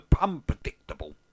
unpredictable